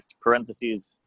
parentheses